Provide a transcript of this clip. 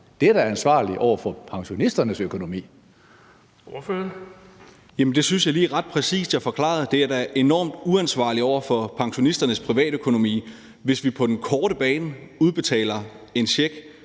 Kl. 18:55 Thomas Skriver Jensen (S): Jamen det synes jeg at jeg lige ret præcist forklarede: Det er da enormt uansvarligt over for pensionisternes privatøkonomi, hvis vi på den korte bane udbetaler en check